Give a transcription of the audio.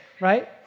right